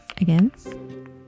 again